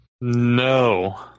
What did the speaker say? No